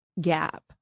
gap